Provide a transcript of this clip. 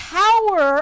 power